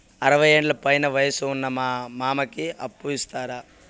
అరవయ్యేండ్ల పైన వయసు ఉన్న మా మామకి అప్పు ఇస్తారా